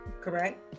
correct